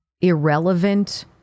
irrelevant